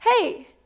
Hey